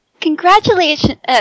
congratulations